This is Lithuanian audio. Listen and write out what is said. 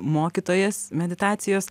mokytojas meditacijos